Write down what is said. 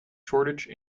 shortage